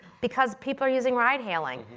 because people are using ride hailing.